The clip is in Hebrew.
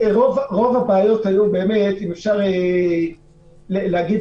רוב הבעיות היו, באופן כללי,